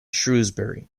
shrewsbury